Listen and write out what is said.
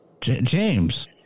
James